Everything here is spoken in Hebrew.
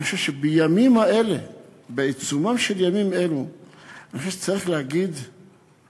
אני חושב שבעיצומם של ימים אלה צריך לומר תודה